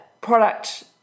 product